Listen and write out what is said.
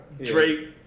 Drake